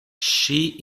she